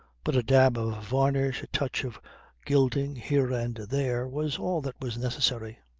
but a dab of varnish, a touch of gilding here and there, was all that was necessary.